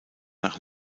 nach